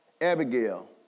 Abigail